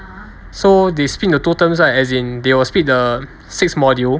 so they split into two terms right as in they will split the six module